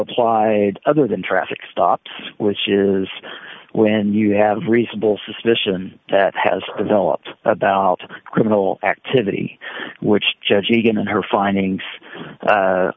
applied other than traffic stops which is when you have reasonable suspicion that has developed about criminal activity which judge egan and her findings